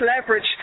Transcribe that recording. leverage